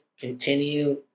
continue